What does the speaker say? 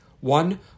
One